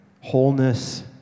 Wholeness